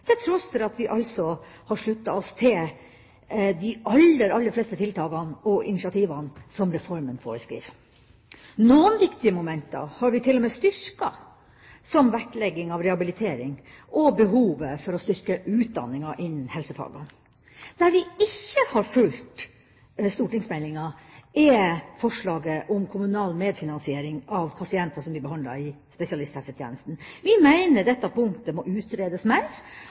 til tross for at vi altså har sluttet oss til de aller, aller fleste tiltakene og initiativene som reformen foreskriver. Noen viktige momenter har vi til og med styrket, som vektlegging av rehabilitering og behovet for å styrke utdanninga innen helsefagene. Der vi ikke har fulgt stortingsmeldinga, er når det gjelder forslaget om kommunal medfinansiering av pasienter som blir behandlet i spesialisthelsetjenesten. Vi mener dette punktet må